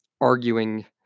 arguing